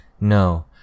No